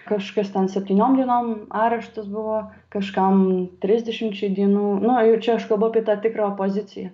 kažkas ten septyniom dienom areštas buvo kažkam trisdešimčiai dienų nu jau čia aš kalbu apie tą tikrą opoziciją